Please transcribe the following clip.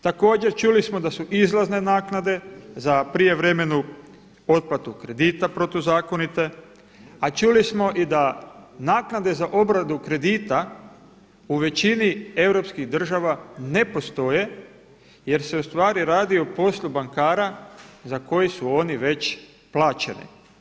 Također čuli smo da su izlazne naknade za prijevremenu otplatu kredita protuzakonite, a čuli smo da i naknade za obradu kredita u većini europskih država ne postoje jer se u stvari radi o poslu bankara za koji su oni već plaćeni.